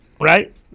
right